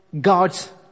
God's